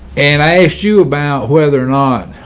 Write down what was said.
and i asked you about whether or not